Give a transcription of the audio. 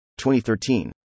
2013